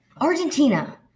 Argentina